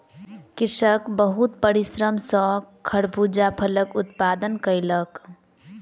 कृषक बहुत परिश्रम सॅ खरबूजा फलक उत्पादन कयलक